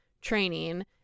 training